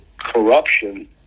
corruption